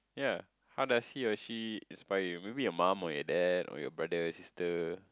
ya how does he or she inspire you maybe your mum or your dad or your brother sister